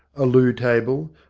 a loo table,